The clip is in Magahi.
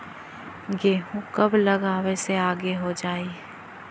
गेहूं कब लगावे से आगे हो जाई?